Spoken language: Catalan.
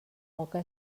poca